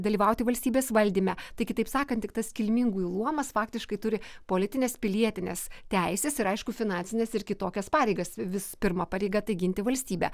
dalyvauti valstybės valdyme tai kitaip sakant tik tas kilmingųjų luomas faktiškai turi politines pilietines teises ir aišku finansines ir kitokias pareigas vis pirma pareiga tai ginti valstybę